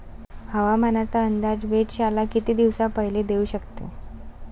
हवामानाचा अंदाज वेधशाळा किती दिवसा पयले देऊ शकते?